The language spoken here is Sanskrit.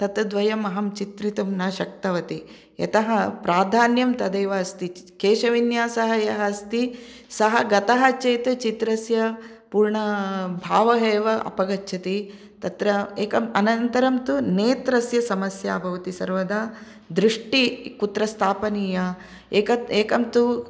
तत्र द्वयम् अहं चित्रितुं न श्क्तवती यतः प्राधान्यं तदेव अस्ति केशविन्यासः यः अस्ति सः गतः चेत् चित्रस्य पूर्णभावः एव अपगच्छति तत्र एकम् अनन्तरं तु नेत्रस्य समस्या भवति सर्वदा दृष्टि कुत्र स्थापनीया एकं तु